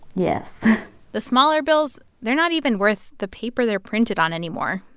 yes the smaller bills, they're not even worth the paper they're printed on anymore.